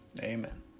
Amen